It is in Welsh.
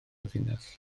ddinas